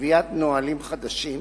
קביעת נהלים חדשים